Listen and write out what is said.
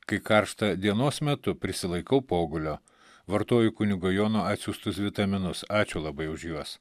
kai karšta dienos metu prisilaikau pogulio vartoju kunigo jono atsiųstus vitaminus ačiū labai už juos